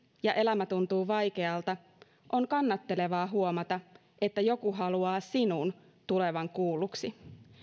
ja elämä tuntuu vaikealta on kannattelevaa huomata että joku haluaa sinun tulevan kuulluksi